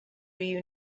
you